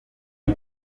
die